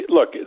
Look